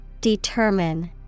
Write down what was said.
Determine